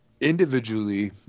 Individually